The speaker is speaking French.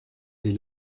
des